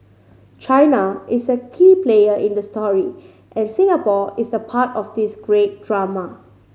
China is a key player in the story and Singapore is the part of this great drama